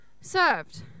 served